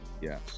Yes